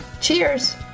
Cheers